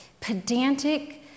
pedantic